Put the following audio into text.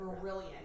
brilliant